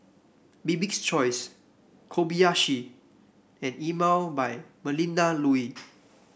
Bibik's Choice Kobayashi and Emel by Melinda Looi